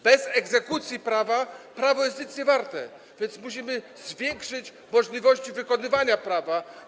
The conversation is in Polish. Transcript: Bez egzekucji prawa prawo jest nic niewarte, więc musimy zwiększyć możliwości wykonywania prawa.